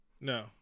no